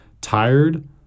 Tired